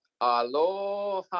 Aloha